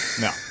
no